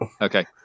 Okay